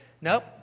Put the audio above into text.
nope